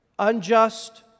unjust